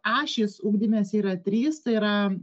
ašys ugdymas yra trys tai yra